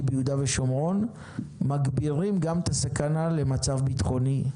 ביהודה שומרון מגבירים גם את הסכנה למצב הביטחוני.